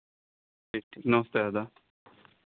ठीक ठीक नमस्ते दादा